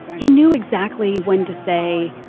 he knew exactly when to say,